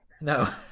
No